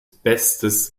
bestes